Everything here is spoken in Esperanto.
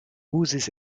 uzis